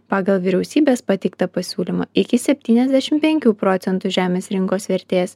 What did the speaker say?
pagal vyriausybės pateiktą pasiūlymą iki septyniasdešim penkių procentų žemės rinkos vertės